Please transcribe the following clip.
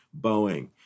Boeing